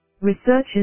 Researchers